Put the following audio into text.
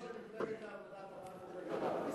החלק הטוב של מפלגת העבודה תמך בזה כבר אז.